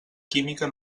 química